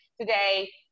Today